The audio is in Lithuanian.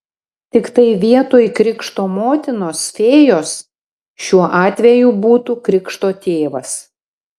tiktai vietoj krikšto motinos fėjos šiuo atveju būtų krikšto tėvas